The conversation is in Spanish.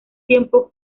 tiempo